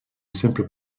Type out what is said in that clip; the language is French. simple